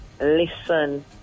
listen